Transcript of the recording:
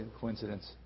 coincidence